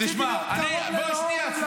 --- רציתי להיות קרוב לנאור ולוולדימיר.